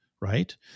right